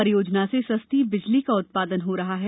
परियोजना से सस्ती बिजली का उत्पादन हो रहा है